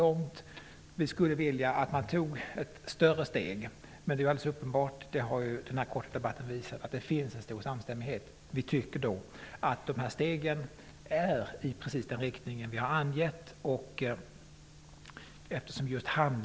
Man kan i och för sig ha synpunkter på att det inte går tillräckligt långt. Vi skulle vilja att man tog ett större steg. Men vi tycker att de här stegen går i precis den riktning vi har angett.